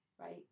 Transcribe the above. right